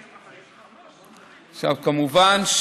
כמובן,